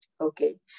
Okay